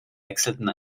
wechselten